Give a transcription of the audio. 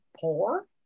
poor